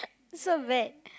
so bad